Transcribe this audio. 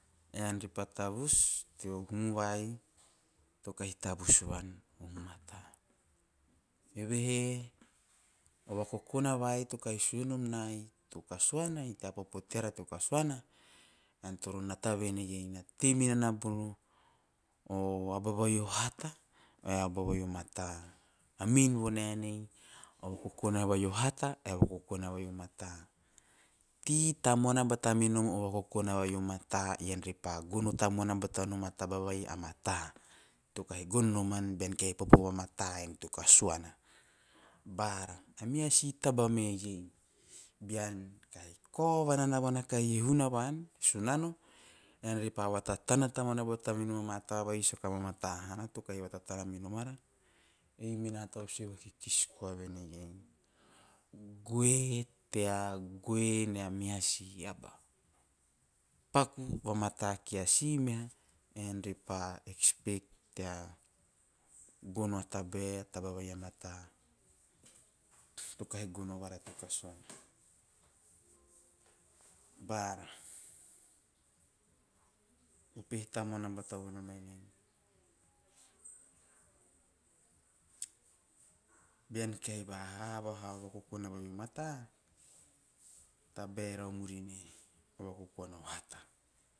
A vean re pa tavus teo hum vai to kahi tavus van a mata. Evehe o vakokona vai to kahi sue nom nai teo kaguanai, tsa popo teara teo kasuana nata vene iei na tei minana bono aba vai o hata ae a aba vene iei na tei minana bono aba vai o hata ae o aba vai o mata, na min vonenei o vakokona vai o hata ae o vakokona vai omata. Tei tamuana a bata minom o vakokona vai o mata ean re pa tara tamuana batanom a taba vai a mata to kahi gono noman bean popo vamata en teo kasuana. Bara meha si taba me iei bean kahi kao vananaona kahi e hunava, e sunano eara re pa vatatana tamuana bata minom ama taba va sa mata hana to kahi vatatana bata minom ara. Ei mena tau sue vakikis koa venei, goe to goe nea meha si aba, paku vamata kia meha si a aba ean re pa 'expect' tea gono a tabae, a taba vai a mata to kahi gono vara teo kasuana. Bara, upehe tamuana bata vonom en bean kahi vahana tamuana batanom. O vakokona vai o mata, a tabae rau murinae, o vakokona vai o hata.